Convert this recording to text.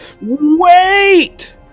WAIT